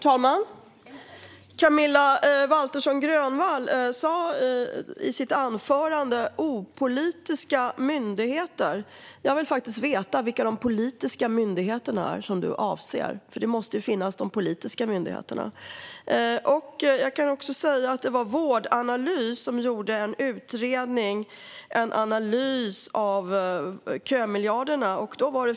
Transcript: Herr talman! Camilla Waltersson Grönvall talade i sitt anförande om opolitiska myndigheter. Jag vill veta vilka de politiska myndigheterna är, för då måste det ju finnas politiska myndigheter. Vårdanalys gjorde en utredning och analys av kömiljarderna.